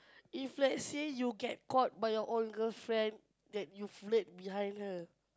if let's say you get caught by your own girlfriend that you flirt behind her